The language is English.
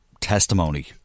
testimony